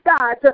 God